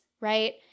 right